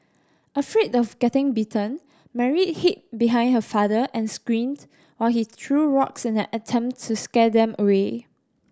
afraid of getting bitten Mary hid behind her father and screamed while he threw rocks in an attempt to scare them away